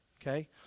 Okay